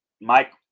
mike